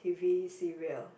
T_V serial